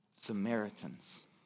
Samaritans